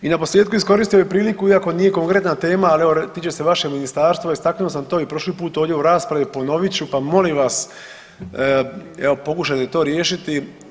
I na posljetku iskoristio bih priliku iako nije konkretna tema ali evo tiče se vašeg ministarstva istaknuo sam to i prošli puta ovdje u raspravi i ponovit ću, pa molim vas evo pokušajte to riješiti.